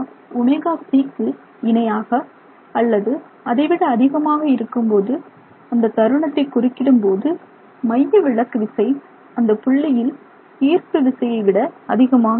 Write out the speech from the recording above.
ω ωc க்கு இணையாக அல்லது அதைவிட அதிகமாக இருக்கும்போது அந்தத் தருணத்தை குறுக்கிடும் போது மையவிலக்கு விசை அந்தப் புள்ளியில் ஈர்ப்பு விசையை விட அதிகமாக இருக்கும்